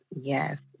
yes